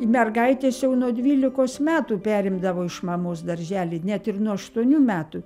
mergaitės jau nuo dvylikos metų perimdavo iš mamos darželį net ir nuo aštuonių metų